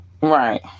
Right